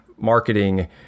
marketing